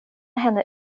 henne